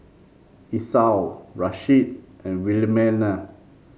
Esau Rasheed and Wilhelmina